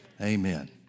Amen